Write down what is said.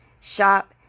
shop